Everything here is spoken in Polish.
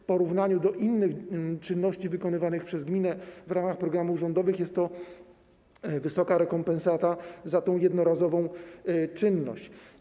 W porównaniu do innych czynności wykonywanych przez gminę w ramach programów rządowych jest to wysoka rekompensata za tę jednorazową czynność.